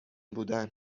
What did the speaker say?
بودن